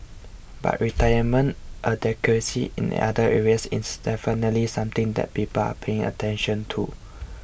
but retirement adequacy in other areas is definitely something that people are paying attention to